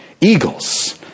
eagles